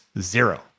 zero